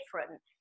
different